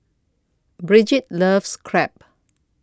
Brigitte loves Crepe